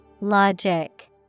Logic